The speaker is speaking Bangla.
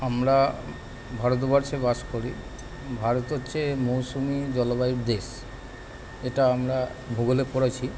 আমরা ভারতবর্ষে বাস করি ভারত হচ্ছে মৌসুমী জলবায়ুর দেশ এটা আমরা ভূগোলে পড়েছি